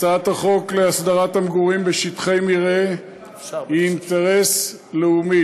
הצעת החוק להסדרת המגורים בשטחי מרעה היא אינטרס לאומי,